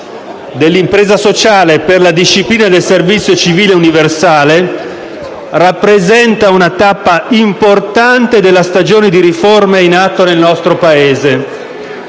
dell'impresa sociale e per la disciplina del servizio civile universale» rappresenta una tappa importante della stagione di riforme in atto nel nostro Paese,